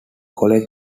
college